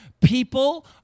People